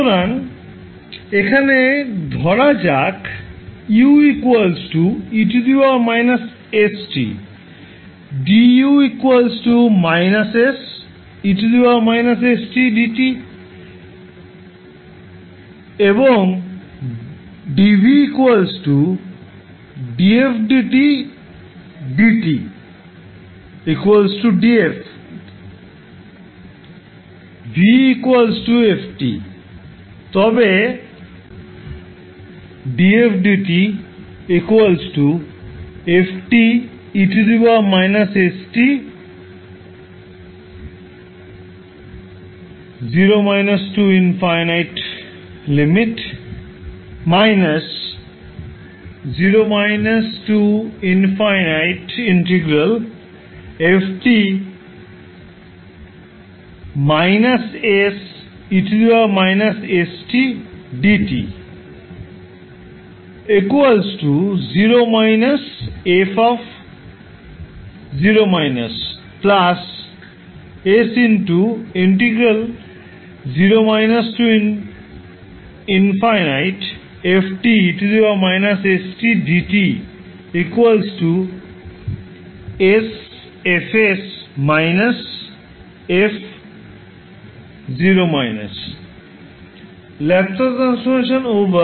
সুতরাং এখানে ধরা যাক u e−st du −se−st dt এবং dv dfdt dt df v f